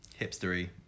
Hipstery